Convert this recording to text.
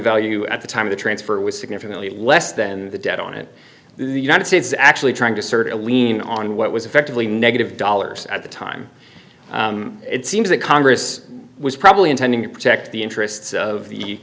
value at the time of the transfer was significantly less than the debt on it the united states actually trying to sort of lean on what was effectively negative dollars at the time it seems that congress was probably intending to protect the interests of the